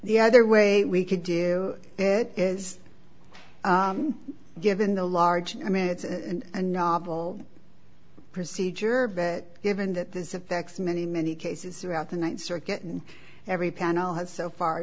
the other way we could do it is given the large i mean it's and a novel procedure but given that this affects many many cases throughout the th circuit and every panel has so far